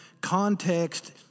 context